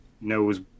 knows